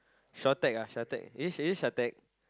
Shatec ah Shatec is it is it Shatec